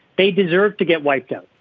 they deserve to get wiped out.